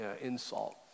insult